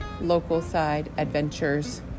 Localsideadventures